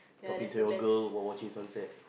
talking to your girl while watching sunset